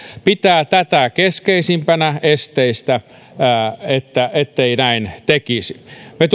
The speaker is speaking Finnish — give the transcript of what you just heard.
pitää tätä keskeisimpänä esteistä ettei näin tekisi me